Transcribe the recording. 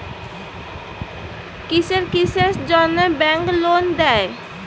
কিসের কিসের জন্যে ব্যাংক লোন দেয়?